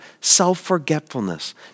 self-forgetfulness